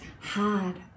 hard